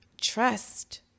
trust